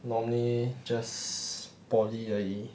normally just poly 而已